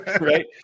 Right